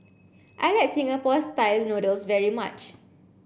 I like Singapore style noodles very much